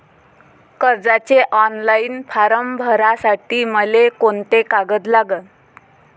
कर्जाचे online form भरासाठी मले कोंते कागद लागन?